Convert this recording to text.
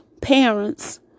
parents